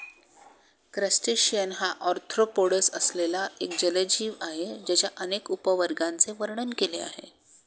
crustacean हा arthropods असलेला एक जलजीव आहे ज्याच्या अनेक उपवर्गांचे वर्णन केले आहे